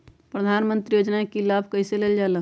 प्रधानमंत्री योजना कि लाभ कइसे लेलजाला?